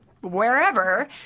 Wherever